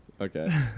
Okay